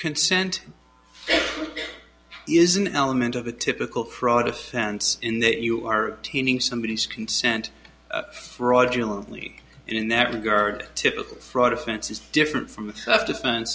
consent is an element of a typical fraud offense in that you are teaming somebody consent fraudulently and in that regard typical fraud offense is different from the tough defense